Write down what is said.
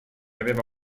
aveva